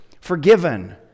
forgiven